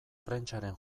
prentsaren